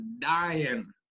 dying